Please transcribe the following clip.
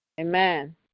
Amen